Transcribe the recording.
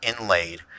inlaid